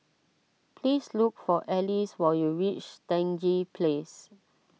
please look for Ellis when you reach Stangee Place